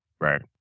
Right